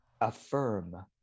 affirm